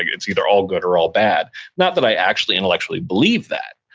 it's either all good or all bad not that i actually, intellectually, believe that,